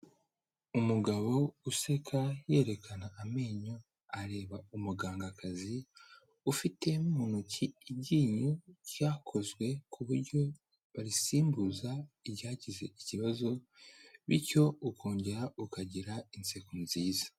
Umugabo useka yerekana amenyo, areba umugangakazi ufite mu ntoki iryinyo ryakozwe ku buryo barisimbuza iryagize ikibazo, bityo ukongera ukagira inseko nziza.